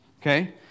Okay